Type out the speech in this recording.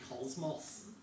cosmos